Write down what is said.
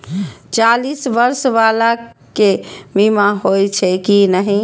चालीस बर्ष बाला के बीमा होई छै कि नहिं?